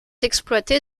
exploité